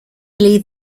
lead